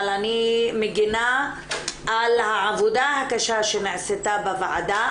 אבל אני מגנה על העבודה הקשה שנעשתה בוועדה,